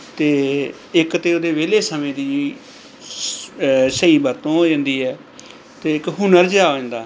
ਅਤੇ ਇੱਕ ਤਾਂ ਉਹਦੇ ਵਿਹਲੇ ਸਮੇਂ ਦੀ ਸਹੀ ਵਰਤੋਂ ਹੋ ਜਾਂਦੀ ਹੈ ਅਤੇ ਇੱਕ ਹੁਨਰ ਜਿਹਾ ਆ ਜਾਂਦਾ